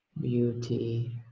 beauty